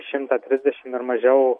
šimtą trisdešim ir mažiau